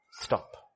Stop